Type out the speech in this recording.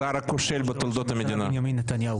שר הטיקטוק שלך נמצא שם.